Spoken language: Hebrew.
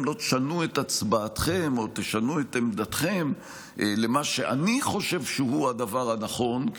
לא תשנו את הצבעתכם או תשנו את עמדתכם למה שאני חושב שהוא הדבר הנכון,